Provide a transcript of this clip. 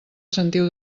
sentiu